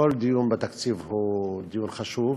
כל דיון בתקציב הוא דיון חשוב,